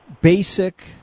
basic